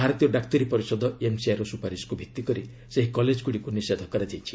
ଭାରତୀୟ ଡାକ୍ତରୀ ପରିଷଦ ଏମ୍ସିଆଇର ସୁପାରିସ୍କୁ ଭିଭିକରି ସେହି କଲେଜଗୁଡ଼ିକୁ ନିଷେଧ କରାଯାଇଛି